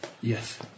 Yes